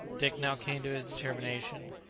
dick now came to his determination.